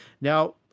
Now